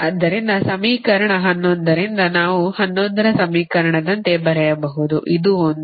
ಆದ್ದರಿಂದ ಸಮೀಕರಣ 11 ರಿಂದ ನಾವು 11 ರ ಸಮೀಕರಣದಂತೆ ಬರೆಯಬಹುದು ಇದು ಒಂದು